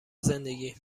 زندگی